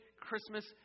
Christmas